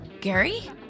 Gary